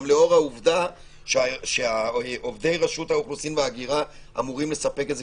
גם לאור העובדה שעובדי רשות האוכלוסין וההגירה אמורים לספק את זה,